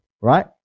right